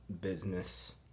business